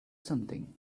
something